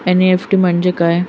NEFT म्हणजे काय?